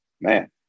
Man